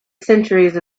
centuries